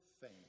fame